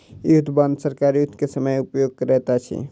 युद्ध बांड सरकार युद्ध के समय में उपयोग करैत अछि